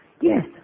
Yes